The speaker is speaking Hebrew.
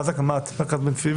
מאז הקמת מרכז בן-צבי,